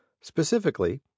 Specifically